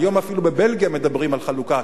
היום אפילו בבלגיה מדברים על חלוקה.